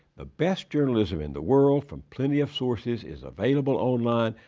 the best journalism in the world, from plenty of sources, is available online,